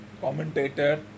commentator